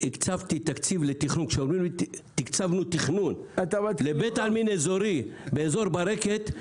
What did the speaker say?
הקצבתי תקציב לתכנון לבית עלמין אזורי באזור ברקת.